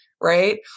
Right